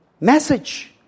message